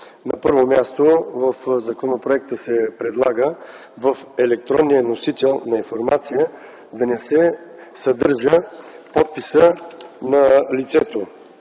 На първо място, в законопроекта се предлага в електронния носител на информация да не се съдържа подписът на лицето.